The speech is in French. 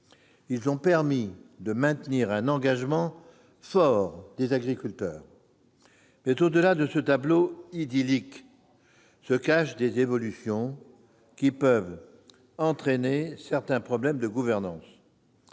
Ils ont permis de maintenir un engagement fort des agriculteurs. Cependant, au-delà de ce tableau idyllique se cachent des évolutions qui peuvent entraîner certains problèmes de gouvernance.